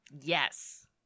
Yes